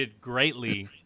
greatly